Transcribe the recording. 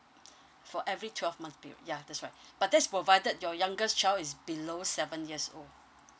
for every twelve month peri~ ya that's right but that's provided your youngest child is below seven years old